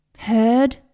heard